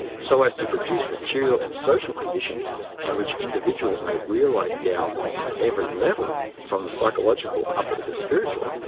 so as to produce material and social conditions in which individuals may realize tao on every level from the psychological up to the spiritual.